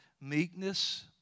Meekness